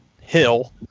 hill